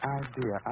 idea